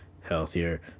healthier